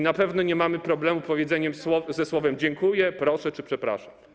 Na pewno nie mamy problemu z powiedzeniem słów „dziękuję”, „proszę” czy „przepraszam”